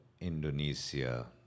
Indonesia